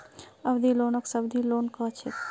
अवधि लोनक सावधि लोन कह छेक